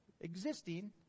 existing